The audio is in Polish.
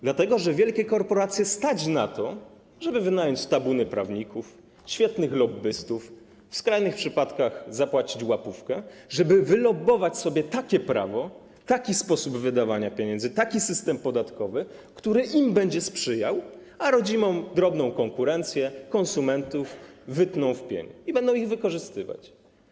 Dlatego że wielkie korporacje stać na to, żeby wynająć tabuny prawników, świetnych lobbystów, w skrajnych przypadkach zapłacić łapówkę, żeby wylobbować sobie takie prawo, taki sposób wydawania pieniędzy, taki system podatkowy, który im będą sprzyjały, a rodzimą, drobną konkurencję, konsumentów wytną w pień i będą ich wykorzystywać.